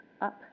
up